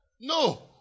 No